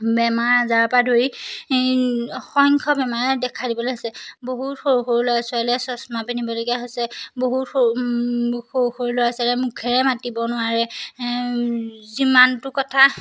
বেমাৰ আজাৰৰ পৰা ধৰি অসংখ্য বেমাৰে দেখা দিব লৈছে বহুত সৰু সৰু ল'ৰা ছোৱালীয়ে চছমা পিন্ধিবলগীয়া হৈছে বহুত সৰু সৰু সৰু ল'ৰা ছোৱালীয়ে মুখেৰে মাতিব নোৱাৰে যিমানটো কথা